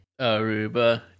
Aruba